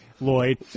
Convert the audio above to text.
Lloyd